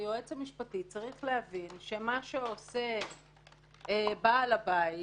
שהיועץ המשפטי צריך להבין שמה שעושה בעל הבית